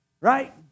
Right